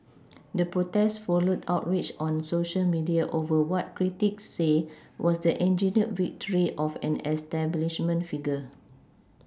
the protest followed outrage on Social media over what critics say was the engineered victory of an establishment figure